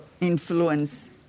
influence